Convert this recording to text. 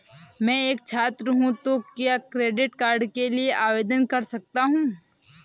मैं एक छात्र हूँ तो क्या क्रेडिट कार्ड के लिए आवेदन कर सकता हूँ?